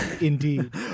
indeed